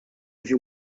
viu